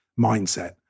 mindset